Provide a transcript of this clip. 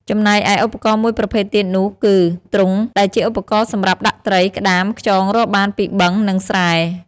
ចំណែកឯឧបករណ៍មួយប្រភេទទៀតនោះគឺ ទ្រុង ដែលជាឧបករណ៍សម្រាប់ដាក់តី្រ ក្ដាម ខ្យងរកបានពីបឹង និងស្រែ។